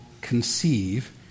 conceive